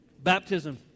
Baptism